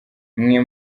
mwe